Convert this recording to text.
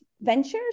ventures